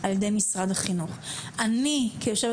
זה הפער בין סל השעות שאנחנו נותנים